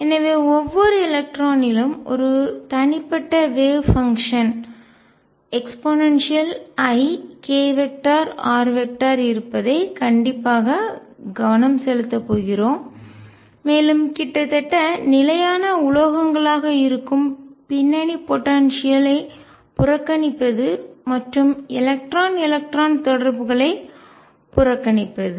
எனவே ஒவ்வொரு எலக்ட்ரானிலும் ஒரு தனிப்பட்ட வேவ் பங்ஷன் அலை செயல்பாடு eikr இருப்பதைக் கண்டிப்பாக கவனம் செலுத்தப் போகிறோம் மேலும் கிட்டத்தட்ட நிலையான உலோகங்களாக இருக்கும் பின்னணி போடன்சியல் ஆற்றலையும் ஐ புறக்கணிப்பது மற்றும் எலக்ட்ரான் எலக்ட்ரான் தொடர்புகளை புறக்கணிப்பது